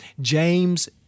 James